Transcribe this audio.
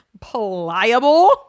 pliable